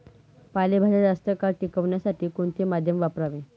पालेभाज्या जास्त काळ टिकवण्यासाठी कोणते माध्यम वापरावे?